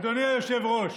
אדוני היושב-ראש,